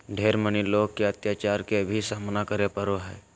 ढेर मनी लोग के अत्याचार के भी सामना करे पड़ो हय